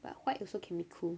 but white also can be cool